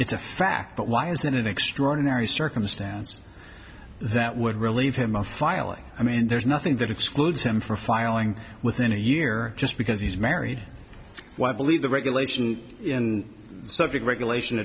it's a fact but why is that an extraordinary circumstance that would relieve him of filing i mean there's nothing that excludes him for filing within a year just because he's married what i believe the regulation in suffolk regulation